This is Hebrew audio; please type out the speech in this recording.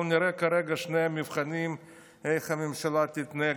אבל נראה כרגע איך הממשלה תתנהג